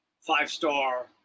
five-star